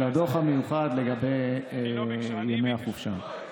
על הדוח המיוחד לגבי ימי החופשה.